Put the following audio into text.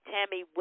Tammy